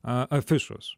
a afišos